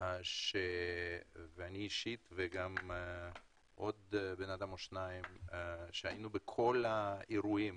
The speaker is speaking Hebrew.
שאני אישית ועד כמה אנשים היינו בכל האירועים,